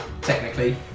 technically